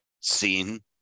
scene